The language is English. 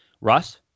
Russ